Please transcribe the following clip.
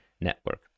network